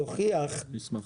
אני אשמח.